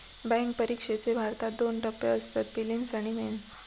bank परिक्षेचे भारतात दोन टप्पे असतत, पिलिम्स आणि मेंस